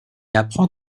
apprend